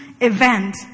event